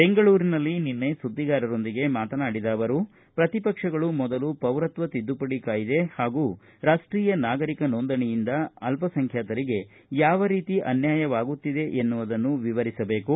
ಬೆಂಗಳೂರಿನಲ್ಲಿ ನಿನ್ನೆ ಸುದ್ದಿಗಾರರೊಂದಿಗೆ ಮಾತನಾಡಿದ ಅವರು ಪ್ರತಿಪಕ್ಷಗಳು ಮೊದಲು ಪೌರತ್ವ ತಿದ್ದುಪಡಿ ಕಾಯ್ದೆ ಹಾಗೂ ರಾಷ್ಟೀಯ ನಾಗರಿಕ ನೋಂದಣಿಯಿಂದ ಅಲ್ಪಸಂಖ್ಯಾತರಿಗೆ ಯಾವ ರೀತಿ ಅನ್ವಾಯವಾಗುತ್ತಿದೆ ಎಂಬುದನ್ನು ವಿವರಿಸಬೇಕು